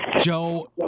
Joe